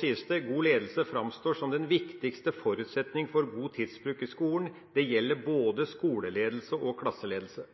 sies det: «God ledelse framstår som den viktigste forutsetningen for god tidsbruk i skolen. Det gjelder både skoleledelse og klasseledelse.»